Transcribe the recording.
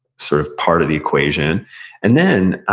sort of part of the equation and then,